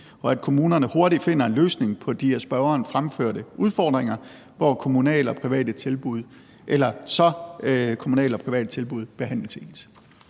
og at kommunerne hurtigt finder en løsning på de af spørgeren fremførte udfordringer, så kommunale og private tilbud behandles ens.